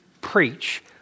preach